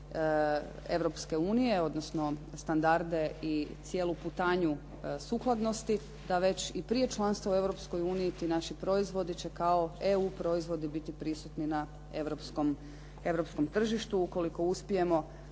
Europske unije, odnosno standarde i cijelu putanju sukladnosti da već i prije članstva u Europskoj uniji ti naši proizvodi će kao EU proizvodi biti prisutni na europskom tržištu. Ukoliko uspijemo